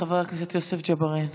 חבר הכנסת יוסף ג'בארין.